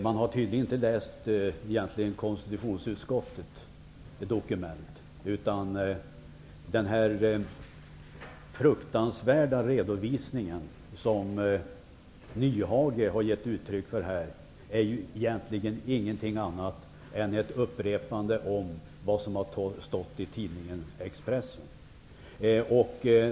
Man har tydligen inte läst konstitutionsutskottets dokument, utan den fruktansvärda redovisning som Hans Nyhage har givit är egentligen ingenting annat än ett upprepande av vad som har stått i tidningen Expressen.